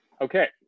Okay